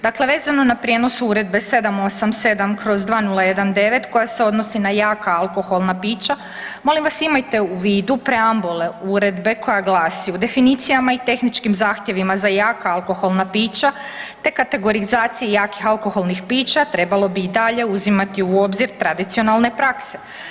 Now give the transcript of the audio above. Dakle vezano na prijenos Uredbe 787/2019 koja se odnosi na jaka alkoholna pića, molim vas, imate u vidu preambule uredbe koja glasi, u definicijama i tehničkim zahtjevima za jaka alkoholna pića te kategorizacije jakih alkoholnih pića, trebalo bi i dalje uzimati u obzir tradicionalne prakse.